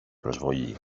προσβολή